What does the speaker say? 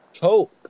Coke